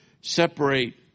Separate